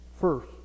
first